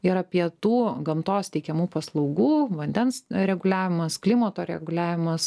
ir apie tų gamtos teikiamų paslaugų vandens reguliavimas klimato reguliavimas